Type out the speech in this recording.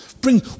Bring